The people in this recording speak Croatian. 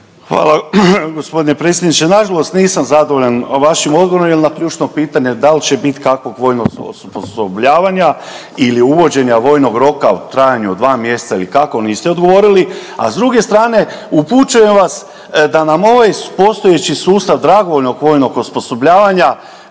Hvala. Gospodine predsjedniče nažalost nisam zadovoljan vašim odgovorom jer na ključno pitanje da li će bit kakvog osposobljavanja ili uvođenja vojnog roka u trajnu od 2 mjeseca ili kako niste odgovorili. A s druge strane upućujem vas da nam ovaj postojeći sustav dragovoljnog vojnog osposobljavanja